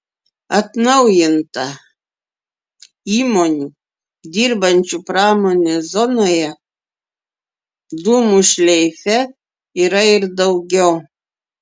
atnaujinta įmonių dirbančių pramonės zonoje dūmų šleife yra ir daugiau